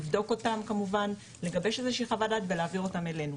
לבדוק אותן כמובן ולגבש איזה שהיא חוו"ד ולהעביר אותם אלינו.